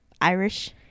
Irish